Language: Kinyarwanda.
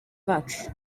bacu